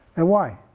and why?